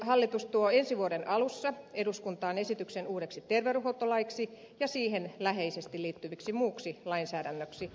hallitus tuo ensi vuoden alussa eduskuntaan esityksen uudeksi terveydenhuoltolaiksi ja siihen läheisesti liittyväksi muuksi lainsäädännöksi